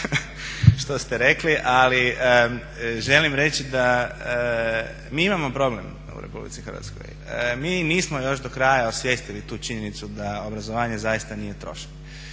što ste rekli, ali želim reći da mi imamo problem u Republici Hrvatskoj. Mi nismo još do kraja osvijestili tu činjenicu da obrazovanje zaista nije trošak